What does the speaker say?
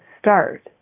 start